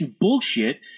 bullshit